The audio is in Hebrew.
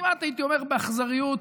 הייתי אומר כמעט באכזריות,